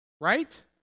Right